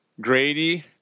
Grady